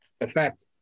effect